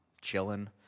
chilling